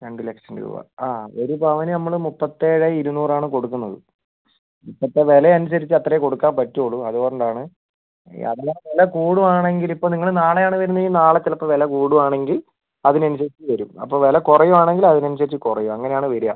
രണ്ട് ലക്ഷം രൂപ അ ഒരു പവന് നമ്മൾ മുപ്പത്തി ഏഴ് ഇരുനൂറ് ആണ് കൊടുക്കുന്നത് ഇപ്പത്തെ വില അനുസരിച്ച് അത്രേ കൊടുക്കാൻ പറ്റുള്ളൂ അത് കൊണ്ടാണ് അല്ല വില കൂടുവാണെങ്കിൽ ഇപ്പൊ നിങ്ങൾ നാളെ ആണ് വരുന്നത് എങ്കിൽ നാളെ ചിലപ്പോൾ വില കൂടുവാണെങ്കിൽ അതിന് അനുസരിച്ച് വരും അപ്പോൾ വില കുറയുവാണെങ്കിൽ അതിന് അനുസരിച്ച് കുറയും അങ്ങനെ ആണ് വരുക